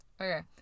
Okay